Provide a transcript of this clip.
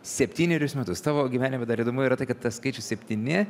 septynerius metus tavo gyvenime dar įdomu yra tai kad tas skaičius septyni